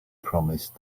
promised